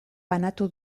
banatu